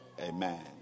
Amen